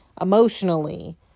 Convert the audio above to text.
emotionally